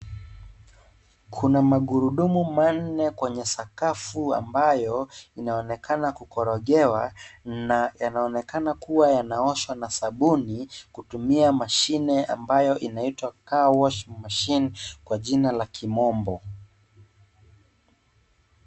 Kuna magurudumu manne kwenye sakafu ambayo inaonekana kukorogewa na yanaonekana kuwa yanaoshwa na sabuni kutumia mashine ambayo inaitwa car was machine kwa jina la kimombo.